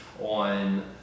on